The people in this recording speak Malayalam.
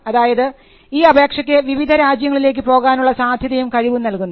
അതായത് ഈ അപേക്ഷക്ക് വിവിധ രാജ്യങ്ങളിലേക്ക് പോകാനുള്ള സാധ്യതയും കഴിവും നൽകുന്നു